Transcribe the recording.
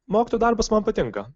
mokytojo darbas man patinka